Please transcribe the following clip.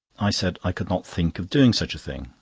i said i could not think of doing such a thing.